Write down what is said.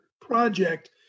project